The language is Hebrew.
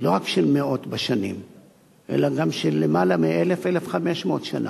לא רק של מאות בשנים אלא גם של למעלה מ-1,000 1,500 שנה.